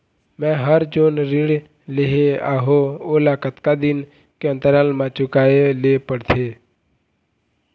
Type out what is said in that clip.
मैं हर जोन ऋण लेहे हाओ ओला कतका दिन के अंतराल मा चुकाए ले पड़ते?